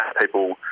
people